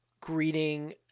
greeting